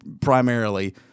primarily